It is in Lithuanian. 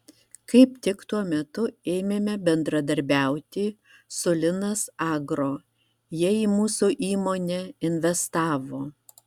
kaip tik tuo metu ėmėme bendradarbiauti su linas agro jie į mūsų įmonę investavo